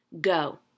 Go